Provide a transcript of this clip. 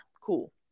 cool